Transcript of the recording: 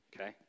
Okay